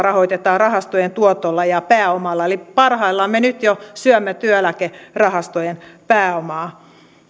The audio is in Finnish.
rahoitetaan rahastojen tuotoilla ja pääomalla eli parhaillaan me nyt jo syömme työeläkerahastojen pääomaa